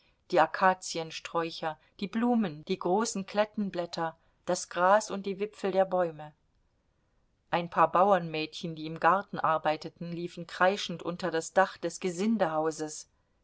die akaziensträucher die blumen die großen klettenblätter das gras und die wipfel der bäume ein paar bauernmädchen die im garten arbeiteten liefen kreischend unter das dach des